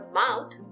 mouth